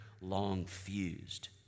long-fused